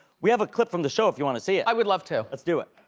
we have a clip from the show, if you wanna see it. i would love to. let's do it.